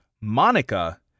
Monica